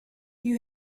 you